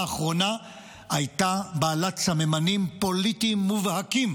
האחרונה הייתה בעלת סממנים פוליטיים מובהקים,